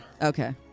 Okay